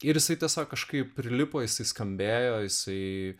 ir jisai tiesiog kažkaip prilipo jisai skambėjo jisai